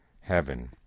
heaven